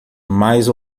mais